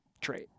trait